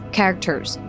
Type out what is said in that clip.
characters